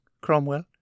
Cromwell